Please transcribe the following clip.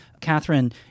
Catherine